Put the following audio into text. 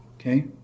Okay